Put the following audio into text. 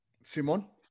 Simón